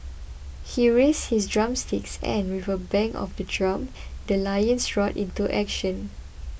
he raised his drumsticks and with a bang of the drum the lions roared into action